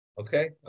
Okay